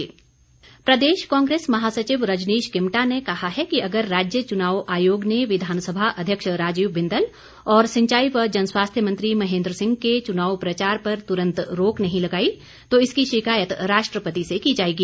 कांग्रेस प्रदेश कांग्रेस महासचिव रनजीश किमटा ने कहा है कि अगर राज्य चुनाव आयोग ने विधानसभा अध्यक्ष राजीव बिंदल और सिंचाई व जनस्वास्थ्य मंत्री महेन्द्र सिंह के चुनाव प्रचार पर तुरंत रोक नहीं लगाई तो इसकी शिकायत राष्ट्रपति से की जाएगी